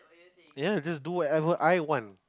ya just do whatever I want